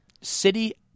City